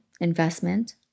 investment